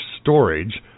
storage